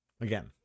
again